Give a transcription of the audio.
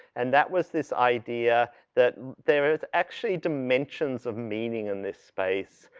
and that was this idea that there is actually dimensions of meaning in this space.